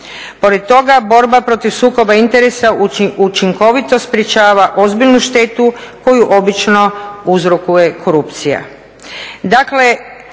Pored toga borba protiv sukoba interesa učinkovito sprječava ozbiljnu štetu koju obično uzrokuje korupcija.